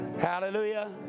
Hallelujah